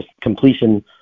completion